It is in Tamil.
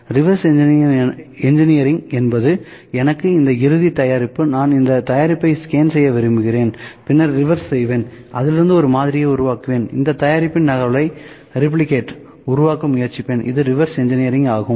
ரிவர்ஸ் இன்ஜினியரிங் என்பது எனக்கு இந்த இறுதி தயாரிப்பு நான் இந்த தயாரிப்பை ஸ்கேன் செய்ய விரும்புகிறேன் பின்னர் ரிவர்ஸ் செய்வேன் அதில் இருந்து ஒரு மாதிரியை உருவாக்குவேன் இந்த தயாரிப்பின் நகலை உருவாக்க முயற்சிப்பேன் இதுவே ரிவர்ஸ் இன்ஜினியரிங் ஆகும்